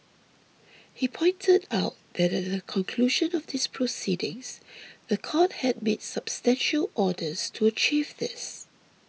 he pointed out that at the conclusion of these proceedings the court had made substantial orders to achieve this